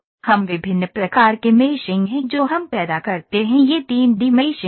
तो हम विभिन्न प्रकार के मेशिंग हैं जो हम पैदा करते हैं ये 3 डी मेशिंग हैं